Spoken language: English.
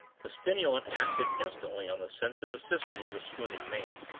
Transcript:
the stimulant acted instantly on the sensitive system of the swooning man.